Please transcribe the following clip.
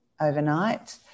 overnight